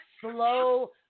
slow